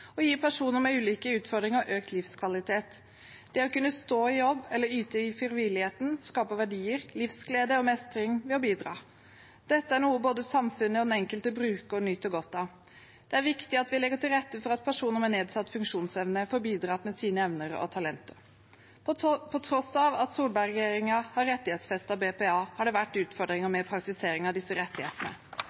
og gir personer med ulike utfordringer økt livskvalitet. Det å kunne stå i jobb eller yte i frivilligheten skaper verdier, livsglede og mestring ved å bidra. Dette er noe både samfunnet og den enkelte bruker nyter godt av. Det er viktig at vi legger til rette for at personer med nedsatt funksjonsevne får bidratt med sine evner og talenter. På tross av at Solberg-regjeringen har rettighetsfestet BPA, har det vært utfordringer med praktisering av disse rettighetene.